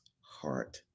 heart